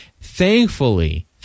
Thankfully